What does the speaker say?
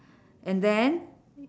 and then